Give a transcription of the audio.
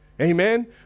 Amen